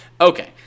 Okay